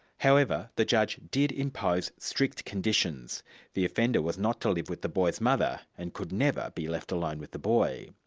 however the judge did impose strict conditions the offender was not to live with the boy's mother, and could never be left alone with the boy.